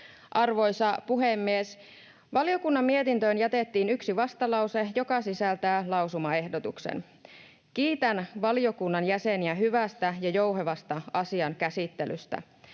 Arvoisa puhemies! Valiokunnan mietintöön jätettiin yksi vastalause, joka sisältää lausumaehdotuksen. Kiitän valiokunnan jäseniä hyvästä ja jouhevasta asian käsittelystä.